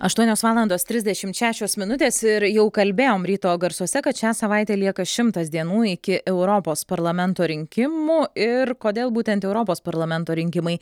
aštuonios valandos trisdešimt šešios minutės ir jau kalbėjom ryto garsuose kad šią savaitę lieka šimtas dienų iki europos parlamento rinkimų ir kodėl būtent europos parlamento rinkimai